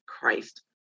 Christ